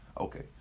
Okay